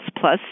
plus